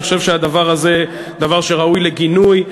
אני חושב שהדבר הזה ראוי לגינוי,